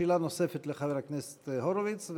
שאלה נוספת לחבר הכנסת הורוביץ,